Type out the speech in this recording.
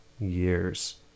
years